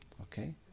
Okay